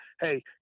hey